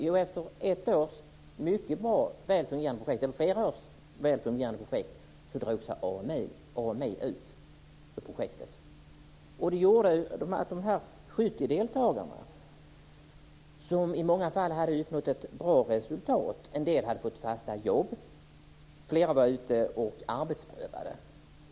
Jo, efter flera års mycket väl fungerande projekt drog sig AMI ur projektet. De 70 deltagarna hade i många fall uppnått ett bra resultat. En del hade fått fasta jobb. Flera var ute och arbetsprövade.